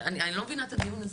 אני לא מבינה את הדיון הזה.